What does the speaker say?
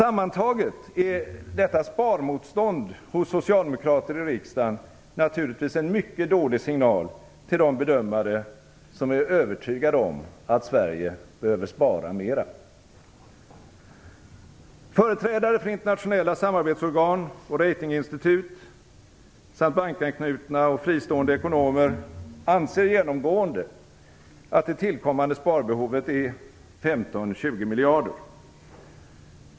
Sammantaget är detta sparmotstånd hos socialdemokrater i riksdagen naturligtvis en mycket dålig signal till de bedömare som är övertygade om att Sverige behöver spara mera. Företrädare för internationella samarbetsorgan och ratinginstitut samt bankanknutna och fristående ekonomer anser genomgående att det tillkommande sparbehovet är 15-20 miljarder.